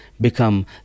become